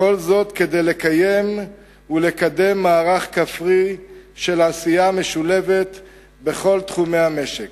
הכול כדי לקיים ולקדם מערך כפרי של עשייה משולבת בכל תחומי המשק.